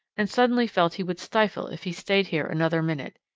and suddenly felt he would stifle if he stayed here another minute.